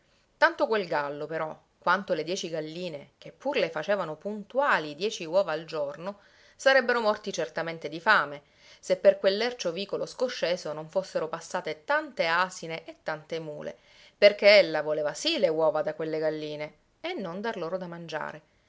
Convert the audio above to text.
tanto quel gallo però quanto le dieci galline che pur le facevano puntuali dieci uova al giorno sarebbero morti certamente di fame se per quel lercio vicolo scosceso non fossero passate tante asine e tante mule perché ella voleva sì le uova da quelle galline e non dar loro da mangiare